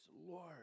lord